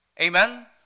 Amen